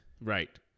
right